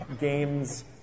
games